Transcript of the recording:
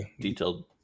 detailed